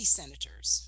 senators